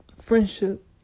friendship